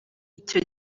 icyo